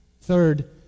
Third